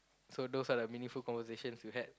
so those are the meaningful conversations you had